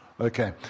Okay